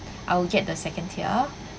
I'll get the second tier